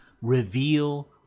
reveal